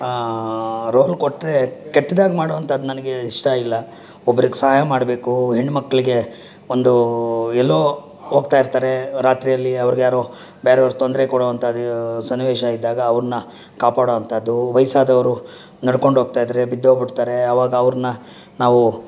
roll ಕೊಟ್ಟರೆ ಕೆಟ್ಟದಾಗಿ ಮಾಡುವಂಥದ್ದು ನನಗೆ ಇಷ್ಟ ಇಲ್ಲ ಒಬ್ರಿಗೆ ಸಹಾಯ ಮಾಡಬೇಕು ಹೆಣ್ಣ್ಮಕ್ಕಳಿಗೆ ಒಂದು ಎಲ್ಲೋ ಹೋಗ್ತಾಯಿರ್ತಾರೆ ರಾತ್ರಿಯಲ್ಲಿ ಅವರಿಗೆ ಯಾರೋ ಬೇರೆಯವರು ತೊಂದರೆ ಕೊಡುವಂಥದ್ದು ಸನ್ನಿವೇಶ ಇದ್ದಾಗ ಅವ್ರನ್ನ ಕಾಪಾಡುವಂಥದ್ದು ವಯಸ್ಸಾದವರು ನಡ್ಕೊಂಡು ಹೋಗ್ತಾಯಿದ್ರೆ ಬಿದ್ದೋಗಿ ಬಿಡ್ತಾರೆ ಆವಾಗ ಅವ್ರನ್ನ ನಾವು